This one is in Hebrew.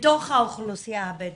בתוך האוכלוסייה הבדואית,